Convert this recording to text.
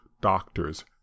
doctors